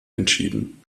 entschieden